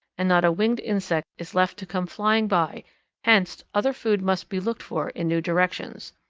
and not a winged insect is left to come flying by hence other food must be looked for in new directions.